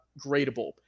gradable